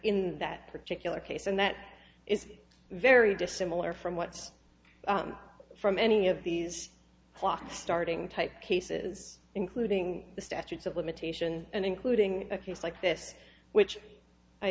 in that particular case and that is very dissimilar from what's from any of these starting type cases including the statutes of limitation and including a case like this which i